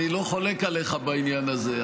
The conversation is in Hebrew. אני לא חולק עליך בעניין הזה.